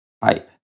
pipe